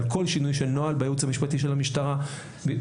על כל שינוי של נוהל בייעוץ המשפטי של המשטרה בסוגיות